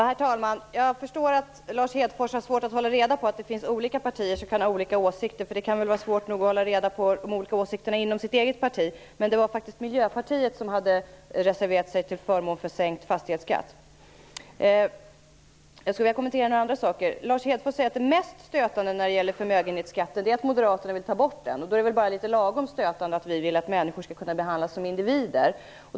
Herr talman! Jag förstår att Lars Hedfors har svårt att hålla reda på att det finns olika partier som kan ha olika åsikter. Det kan vara svårt nog att hålla reda på de olika åsikterna inom sitt eget parti. Men det var faktiskt Miljöpartiet som hade reserverat sig till förmån för sänkt fastighetsskatt. Jag skulle vilja kommentera några andra saker. Lars Hedfors säger att det mest stötande när det gäller förmögenhetsskatten är att Moderaterna vill ta bort den. Då är det väl bara litet lagom stötande att vi vill att människor skall kunna behandlas som individer.